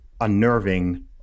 unnerving